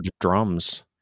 drums